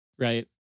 right